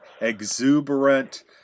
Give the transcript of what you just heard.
exuberant